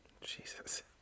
Jesus